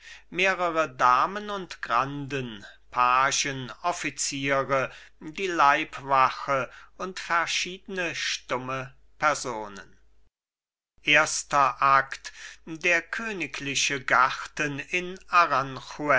mehrere damen und granden pagen offiziere die leibwache und verschiedene stumme personen erster akt der königliche garten in